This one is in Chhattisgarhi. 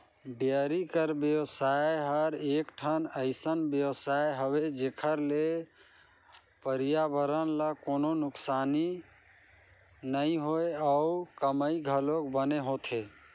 डेयरी कर बेवसाय हर एकठन अइसन बेवसाय हवे जेखर ले परयाबरन ल कोनों नुकसानी नइ होय अउ कमई घलोक बने होथे